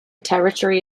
territory